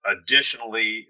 Additionally